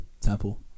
Temple